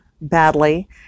badly